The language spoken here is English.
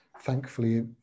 thankfully